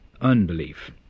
unbelief